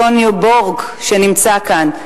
טוניו בורג, שנמצא כאן.